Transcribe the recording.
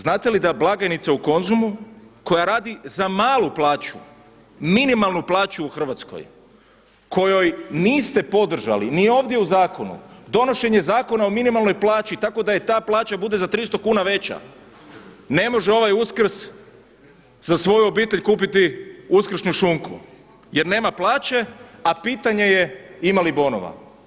Znate li da blagajnica u Konzumu koja radi za malu plaću, minimalnu plaću u Hrvatskoj kojoj niste podržali ni ovdje u zakonu donošenje Zakona o minimalnoj plaći tako da joj ta plaća bude za 300 kuna veća, ne može ovaj Uskrs za svoju obitelj kupiti uskršnju šunku jer nema plaće, a pitanje je ima li bonova.